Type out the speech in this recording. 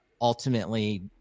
ultimately